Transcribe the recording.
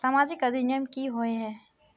सामाजिक अधिनियम की होय है?